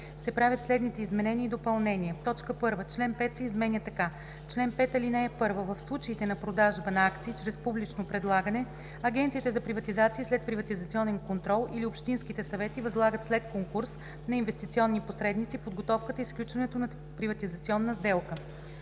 се правят следните изменения и допълнения: 1. Член 5 се изменя така: „Чл. 5. (1) В случаите на продажба на акции чрез публично предлагане Агенцията за приватизация и следприватизационен контрол или общинските съвети възлагат след конкурс на инвестиционни посредници подготовката и сключването на приватизационна сделка.